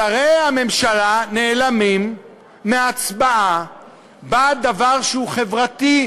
שרי הממשלה נעלמים מהצבעה בעד דבר שהוא חברתי,